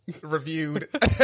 reviewed